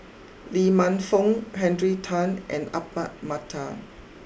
Lee Man Fong Henry Tan and Ahmad Mattar